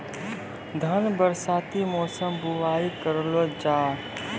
धान बरसाती मौसम बुवाई करलो जा?